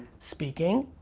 speaking,